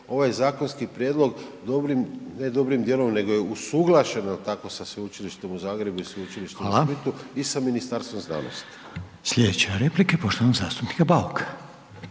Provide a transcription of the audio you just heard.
ovaj zakonski prijedlog dobrim, ne dobrim djelom nego je usuglašeno tako sa Sveučilištem u Zagrebu i sa Sveučilištem u Splitu i sa Ministarstvom znanosti. **Reiner, Željko (HDZ)** Hvala. Slijedeća replika je poštovanog zastupnika Bauka.